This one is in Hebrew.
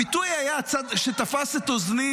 הביטוי שתפס את אוזני